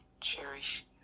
cherish